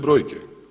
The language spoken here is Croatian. brojke.